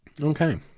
Okay